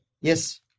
Yes